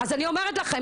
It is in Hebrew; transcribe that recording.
אז אני אומרת לכם,